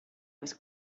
was